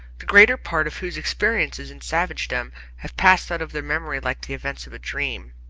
the greater part of whose experiences in savagedom had passed out of their memories like the events of a dream.